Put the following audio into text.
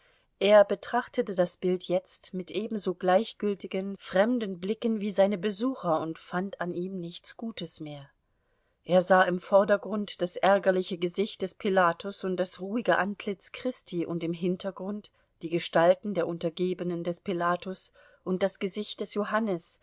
er betrachtete das bild jetzt mit ebenso gleichgültigen fremden blicken wie seine besucher und fand an ihm nichts gutes mehr er sah im vordergrund das ärgerliche gesicht des pilatus und das ruhige antlitz christi und im hintergrund die gestalten der untergebenen des pilatus und das gesicht des johannes